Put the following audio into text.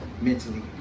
mentally